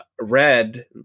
red